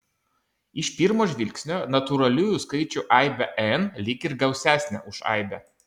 iš pirmo žvilgsnio natūraliųjų skaičių aibė n lyg ir gausesnė už aibę